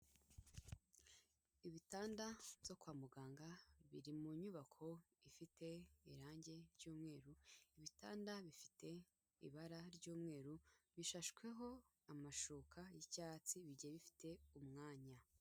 Ibitanda byo kwa muganga biri mu nyubako ifite irangi ry'umweru, ibitanda bifite ibara ry'umweru, bishashweho amashuka y'icyatsi bigiye bifite umwanya.